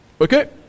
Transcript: okay